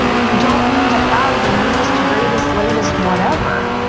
you don't need to have the newest, greatest, latest whatever,